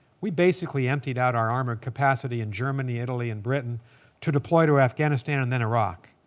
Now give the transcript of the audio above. we basically emptied out our armored capacity in germany, italy, and britain to deploy to afghanistan and then iraq.